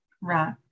Right